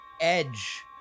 Edge